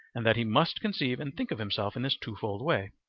and that he must conceive and think of himself in this twofold way,